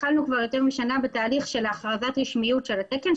התחלנו לעבוד כבר לפני יותר משנה בתהליך של הכרזת רשמיות של התקן,